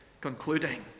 concluding